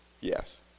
yes